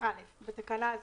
168א בתקנה זו,